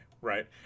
right